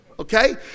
Okay